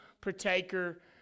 partaker